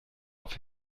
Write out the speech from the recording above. auf